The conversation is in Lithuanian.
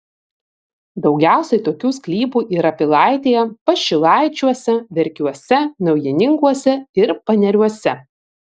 daugiausiai tokių sklypų yra pilaitėje pašilaičiuose verkiuose naujininkuose ir paneriuose